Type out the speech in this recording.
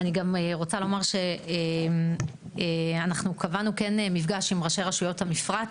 ואני גם רוצה לומר שאנחנו קבענו כן מפגש עם ראשי רשויות המפרץ,